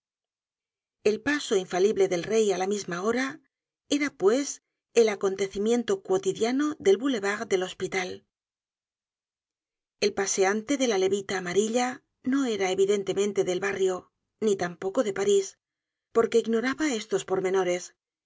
el paso infalible del rey á la misma hora era pues el acontecimiento cuotidiano del boulevard del hospital el paseante de la levita amarilla no era evidentemente del barrio ni tampoco de parís porque ignoraba estos pormenores